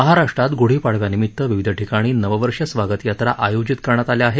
महाराष्ट्रात ग्ढीपाडव्यानिमित विविध ठिकाणी नववर्ष स्वागत यात्रा आयोजित करण्यात आल्या आहेत